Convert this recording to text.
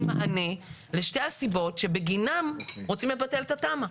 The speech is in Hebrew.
מענה לשתי הסיבות שבגינן רוצים לבטל את התמ"א.